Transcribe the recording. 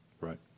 Right